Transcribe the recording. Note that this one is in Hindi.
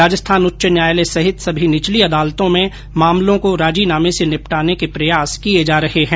राजस्थान उच्च न्यायालय सहित सभी निचली अदालतों में मामलों को राजीनामे से निपटाने के प्रयास किये जा रहे है